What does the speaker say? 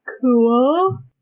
Cool